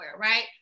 Right